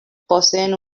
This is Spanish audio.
poseen